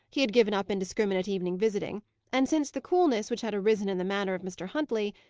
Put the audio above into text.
he had given up indiscriminate evening visiting and, since the coolness which had arisen in the manner of mr. huntley,